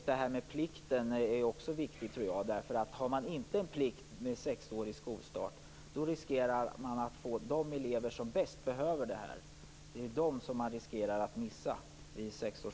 Det här med plikten tror jag också är viktigt. Har man inte obligatorisk skolstart vid sex års ålder riskerar man att missa de elever som vid den åldern bäst behöver det här.